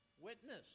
witness